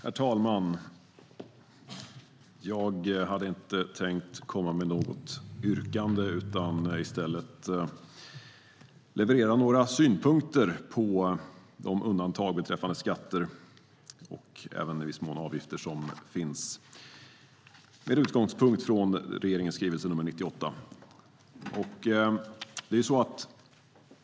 Herr talman! Jag hade inte tänkt att komma med något yrkande utan i stället leverera några synpunkter på de undantag beträffande skatter och även i viss mån avgifter som finns med utgångspunkt från regeringens skrivelse nr 98.